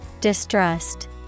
Distrust